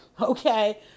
Okay